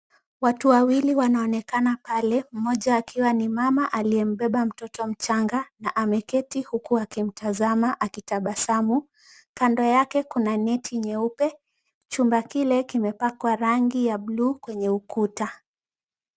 Watu wawili wanaonekana pale mmoja akiwa ni mama aliyembeba mtoto mchanga na ameketi huku akimtazama akitabasamu, kando yake kuna neti nyeupe. Chumba kile kimepakwa rangi ya blue kwenye ukuta.